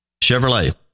Chevrolet